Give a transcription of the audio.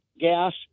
gas